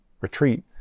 retreat